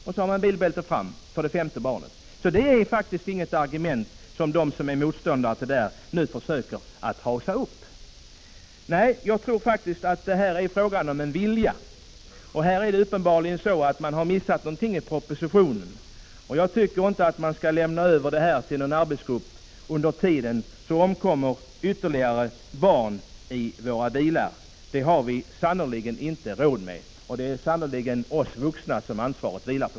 Sedan har man bilbältet i framsätet för det femte barnet. Därför är inte detta ett argument, vilket motståndarna till en lag om bilbältestvång i baksätet även för barn mellan 5 och 15 år försöker hävda. Nej, jag tror faktiskt att detta är en fråga om att vilja. Här är det uppenbarligen så att man har missat något i propositionen. Jag tycker inte att man skall lämna över det här problemet till en arbetsgrupp. Under tiden omkommer ytterligare barn i våra bilar. Det har vi sannerligen inte råd med. Det är oss vuxna som ansvaret vilar på.